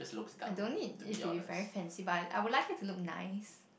I don't need it to be very fancy but I I would like it to look nice